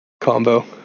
combo